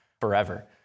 forever